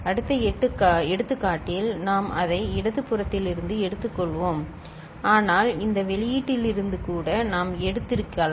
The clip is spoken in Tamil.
அந்த எடுத்துக்காட்டில் நாம் அதை இடது புறத்திலிருந்து எடுத்துள்ளோம் ஆனால் இந்த வெளியீட்டிலிருந்து கூட நாம் எடுத்திருக்கலாம்